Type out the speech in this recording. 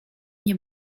nie